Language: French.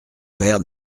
père